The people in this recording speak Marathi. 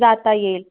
जाता येईल